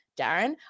Darren